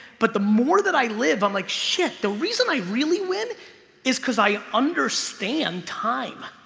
but the more that i live i'm like shit. the reason i really win is cuz i understand time